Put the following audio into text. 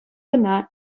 кӑна